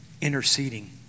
interceding